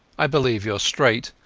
i believe youare straight,